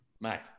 Mate